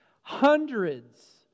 Hundreds